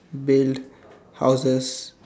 build houses